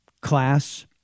class